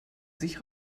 sich